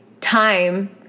time